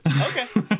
Okay